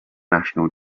national